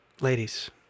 Ladies